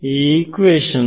ಈ ಈಕ್ವೇಶನ್